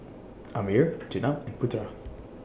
Ammir Jenab and Putera